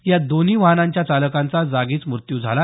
यात दोन्ही वाहनांच्या चालकांचा जागीच मृत्यू झाला